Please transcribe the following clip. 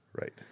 Right